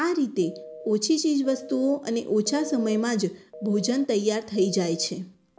આ રીતે ઓછી ચીજ વસ્તુઓ અને ઓછા સમયમાં જ ભોજન તૈયાર થાય જાય છે